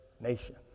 nation